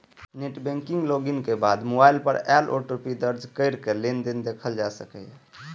net banking log in के बाद mobile पर आयल ओ.टी.पी दर्ज कैरके लेनदेन देखल जा सकैए